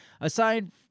Aside